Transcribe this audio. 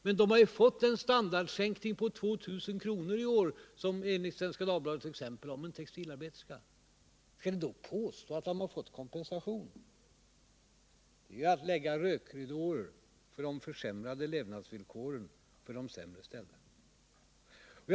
Men de har ju fått en standardsänkning på 2 000 kr. i år enligt Svenska Dagbladets exempel, som gällde en textilarbeterska. Att då påstå att de har fått kompensation är att lägga rökridåer omkring de försämrade levnadsvillkoren för de mindre väl ställda.